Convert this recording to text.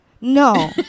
No